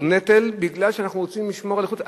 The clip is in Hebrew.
נטל בגלל שאנחנו רוצים לשמור על איכות הסביבה.